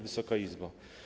Wysoka Izbo!